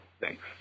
Thanks